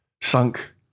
sunk